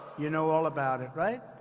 you know all about it, right?